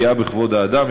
פגיעה בכבוד האדם,